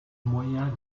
moyen